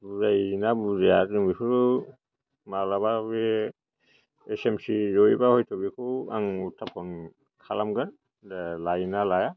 बुजायोना बुजाया जों बेफोरखौ मालाबा बे एसएमसि जयोबा हयथ' बेखौ आं उत्तापन खालामगोन दे लायोना लाया